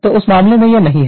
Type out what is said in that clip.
तो उस मामले में यह नहीं है